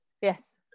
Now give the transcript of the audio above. yes